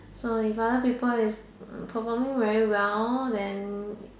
so if other people is performing very well then